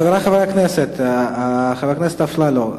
חבר הכנסת אפללו,